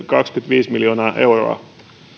kaksikymmentäviisi miljoonaa euroa